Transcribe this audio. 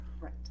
Right